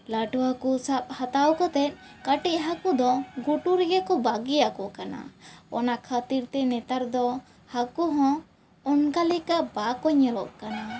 ᱞᱟᱹᱴᱩ ᱦᱟᱹᱠᱩ ᱥᱟᱵ ᱦᱟᱛᱟᱣ ᱠᱟᱛᱮ ᱠᱟᱹᱴᱤᱡ ᱦᱟᱹᱠᱩ ᱫᱚ ᱜᱷᱩᱴᱩ ᱨᱮᱜᱮ ᱠᱚ ᱵᱟᱹᱜᱤᱭᱟᱠᱚ ᱠᱟᱱᱟ ᱚᱱᱟ ᱠᱷᱟᱹᱛᱤᱨ ᱛᱮ ᱱᱮᱛᱟᱨ ᱫᱚ ᱦᱟᱹᱠᱩ ᱦᱚᱸ ᱚᱱᱠᱟ ᱞᱮᱠᱟ ᱵᱟᱝ ᱠᱚ ᱧᱮᱞᱚᱜ ᱠᱟᱱᱟ